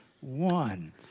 one